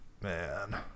Man